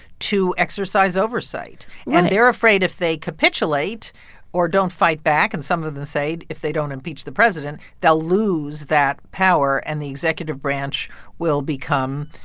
to exercise oversight right and they're afraid if they capitulate or don't fight back, and some of them say if they don't impeach the president, they'll lose that power and the executive branch will become